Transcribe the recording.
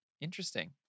Interesting